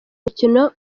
mukino